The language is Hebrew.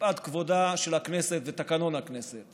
מפאת כבודה של הכנסת ותקנון הכנסת